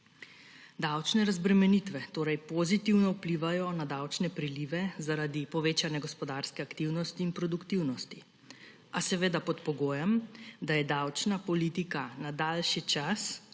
Davčne razbremenitve torej pozitivno vplivajo na davčne prilive zaradi povečanja gospodarske aktivnosti in produktivnosti, a seveda pod pogojem, da je davčna politika na daljši čas